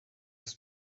ist